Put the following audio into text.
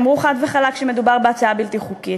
שאמרו חד וחלק שמדובר בהצעה בלתי חוקית.